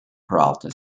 peralta